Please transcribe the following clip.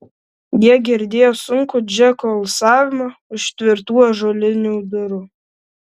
jie girdėjo sunkų džeko alsavimą už tvirtų ąžuolinių durų